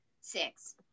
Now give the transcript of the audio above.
Six